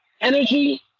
energy